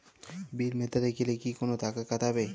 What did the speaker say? বিল মেটাতে গেলে কি কোনো টাকা কাটাবে?